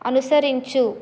అనుసరించు